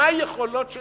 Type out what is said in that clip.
מה היכולות של